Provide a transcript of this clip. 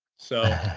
so,